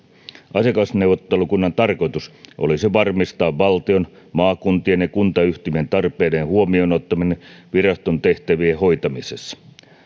asiakasneuvottelukunnan tarkoitus olisi varmistaa valtion maakuntien ja kuntayhtymien tarpeiden huomioon ottaminen viraston tehtävien hoitamisessa